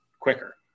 quicker